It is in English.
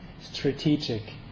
strategic